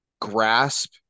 grasp